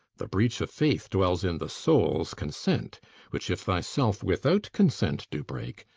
the breach of faith dwells in the soul's consent which if thy self without consent do break,